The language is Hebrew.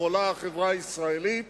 שהחברה הישראלית